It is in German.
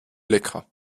lecker